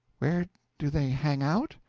where do they hang out?